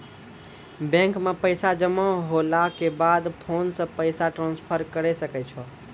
bank मे पैसा जमा होला के बाद फोन से पैसा ट्रांसफर करै सकै छौ